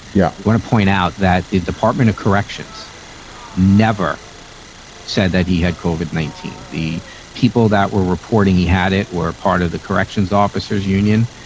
yeah, i want to point out that the department of corrections never said that he had covered nineteen. the people that were reporting he had it were part of the corrections officers union.